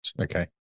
Okay